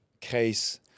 case